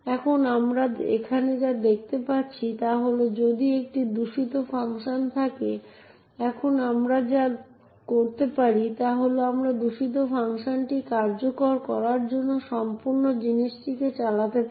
এখন আমরা এখানে যা দেখতে পাচ্ছি তা হল যদি একটি দূষিত ফাংশন থাকে এখন আমরা যা করতে পারি তা হল আমরা এই দূষিত ফাংশনটি কার্যকর করার জন্য এই সম্পূর্ণ জিনিসটিকে চালাতে পারি